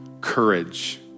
courage